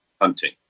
hunting